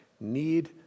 need